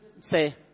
say